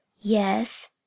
Yes